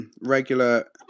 regular